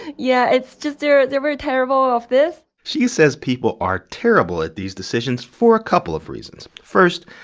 yeah, it's just they're they're very terrible of this she says people are terrible at these decisions for a couple of reasons. first,